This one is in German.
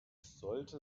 sollte